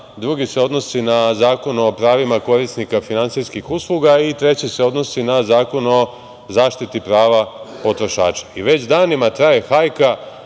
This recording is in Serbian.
drugi se odnosi na Zakon o pravima korisnika finansijskih usluga i treći se odnosi na Zakon o zaštiti prava potrošača. I već danima traje hajka